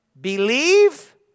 Believe